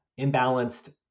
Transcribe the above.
imbalanced